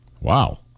Wow